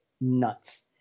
nuts